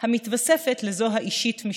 המתווספת לזו האישית-משפחתית.